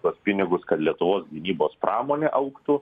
tuos pinigus kad lietuvos gynybos pramonė augtų